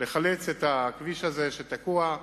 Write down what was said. את הכביש הזה, שתקוע.